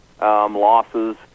losses